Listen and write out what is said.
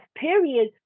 period